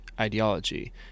ideology